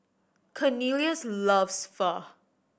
Cornelious loves Pho